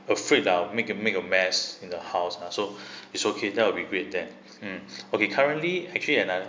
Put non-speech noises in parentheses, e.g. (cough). afraid that I'll make a big of mess in the house ah so (breath) it's okay that'll be great then mm okay currently actually another